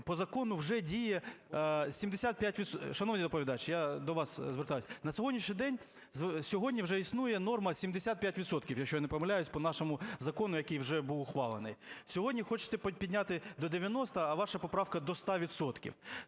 по закону вже діє 75… Шановний доповідач, я до вас звертаюсь. На сьогоднішній день, сьогодні вже існує норма – 75 відсотків, якщо я не помиляюсь, по нашому закону, який вже був ухвалений. Сьогодні хочете підняти до 90-а, а ваша поправка – до 100